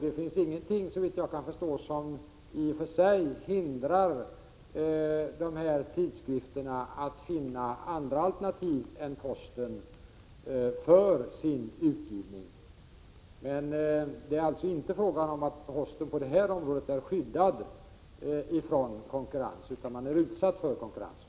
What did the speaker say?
Det finns såvitt jag kan förstå ingenting som hindrar tidskrifterna att finna andra alternativ än posten för sin utgivning. Det är inte fråga om att posten på detta område är skyddad från konkurrens, utan posten är utsatt för konkurrens.